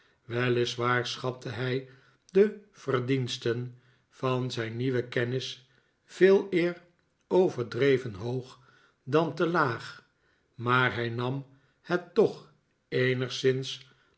waar schatte hij de verdiensten van zijn nieuwen kennis veeleer overdreven hoog dan te laag maar hij nam het toch eenigszins